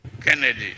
Kennedy